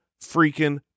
freaking